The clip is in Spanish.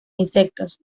insectos